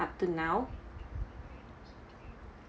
up to now